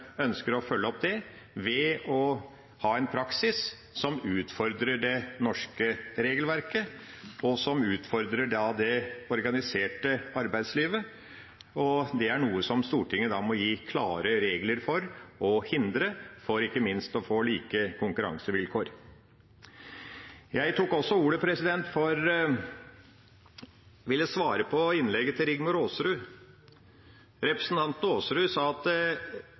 ønsker å følge opp det ved å ha en praksis som utfordrer det norske regelverket, og som utfordrer det organiserte arbeidslivet. Det er noe Stortinget må gi klare regler for å hindre, ikke minst for å få like konkurransevilkår. Jeg tok også ordet fordi jeg ville svare på innlegget til Rigmor Aasrud. Representanten Aasrud sa at